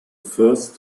first